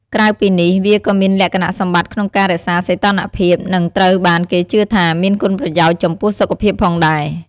ក្រៅពីនេះ វាក៏មានលក្ខណៈសម្បត្តិក្នុងការរក្សាសីតុណ្ហភាព និងត្រូវបានគេជឿថាមានគុណប្រយោជន៍ចំពោះសុខភាពផងដែរ។